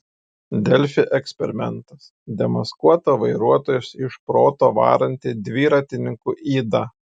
delfi eksperimentas demaskuota vairuotojus iš proto varanti dviratininkų yda